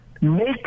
make